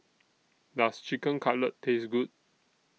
Does Chicken Cutlet Taste Good